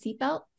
seatbelt